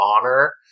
honor